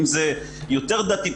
אם זה יותר דתי,